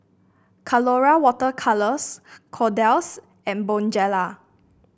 Colora Water Colours Kordel's and Bonjela